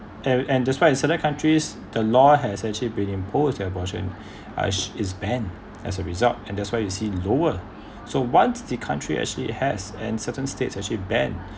and and despite a certain countries the law has actually been imposed that abortion are is banned as a result and that's why you see lower so once the country actually has and certain states actually ban